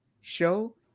show